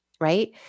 right